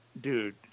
dude